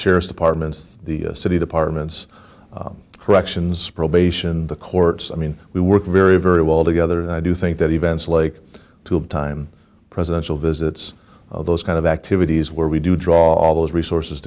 sheriff's departments the city departments corrections probation the courts i mean we work very very well together and i do think that events like two time presidential visits or those kind of activities where we do draw all those sources